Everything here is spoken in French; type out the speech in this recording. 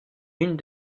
une